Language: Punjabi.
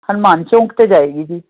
ਹਨੁਮਾਨ ਚੌਂਕ 'ਤੇ ਜਾਏਗੀ ਜੀ